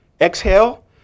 exhale